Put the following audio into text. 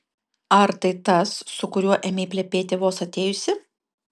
ar tai tas su kuriuo ėmei plepėti vos atėjusi